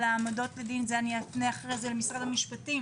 על העמדות לדין את זה אפנה אחרי זה למשרד המשפטים